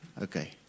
Okay